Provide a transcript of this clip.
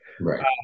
Right